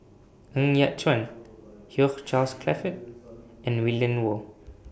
Ng Yat Chuan Hugh Charles Clifford and Willin Low